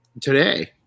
today